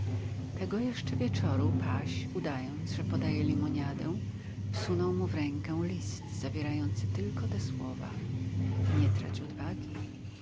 tego jeszcze wieczoru paź udając że podaje limoniadę wsunął mu w rękę list zawierający te tylko słowa nie trać odwagi